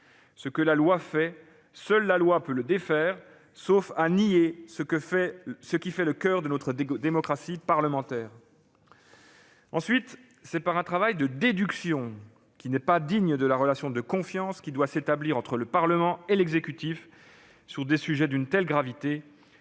ce que la loi fait, seule la loi peut le défaire, sauf à nier ce qui fait le coeur de notre démocratie parlementaire ! Ensuite, c'est par un travail de déduction, qui n'est pas digne de la relation de confiance qui doit s'établir entre le Parlement et l'exécutif sur des sujets d'une telle gravité,